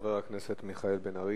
חבר הכנסת מיכאל בן-ארי,